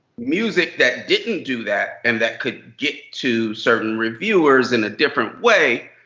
music that didn't do that, and that could get to certain reviewers in a different way,